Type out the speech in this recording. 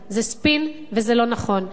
זה ספין, וזה לא נכון, תודה.